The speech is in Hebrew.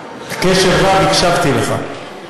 קשב רב הקשבתי לך,